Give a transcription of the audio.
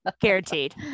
Guaranteed